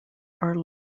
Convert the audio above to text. are